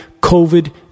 COVID